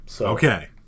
Okay